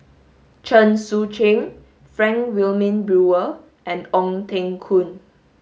Chen Sucheng Frank Wilmin Brewer and Ong Teng Koon